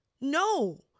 No